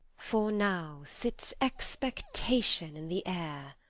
for now sits expectation in the ayre,